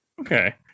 Okay